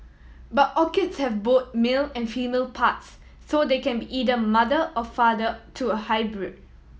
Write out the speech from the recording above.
but orchids have both male and female parts so they can be either mother or father to a hybrid